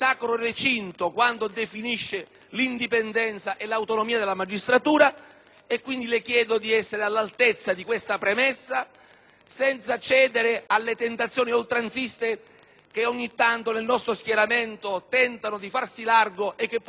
Quindi, le chiedo di essere all'altezza di questa premessa, senza cedere alle tentazioni oltranziste che ogni tanto nel nostro schieramento tentano di farsi largo e che poi impediscono soluzioni equilibrate.